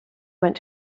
went